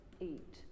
eat